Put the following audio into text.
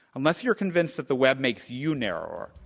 unless you're convinced that the web makes you narrower,